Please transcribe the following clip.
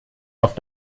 auf